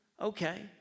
okay